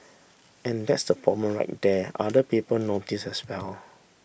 and that's the problem right there other people notice as well